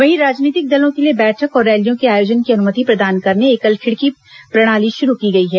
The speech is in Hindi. वहीं राजनीतिक दलों के लिए बैठक और रैलियों के आयोजन की अनुमति प्रदान करने एकल खिड़की प्रणाली शुरू की गई है